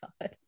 God